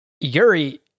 Yuri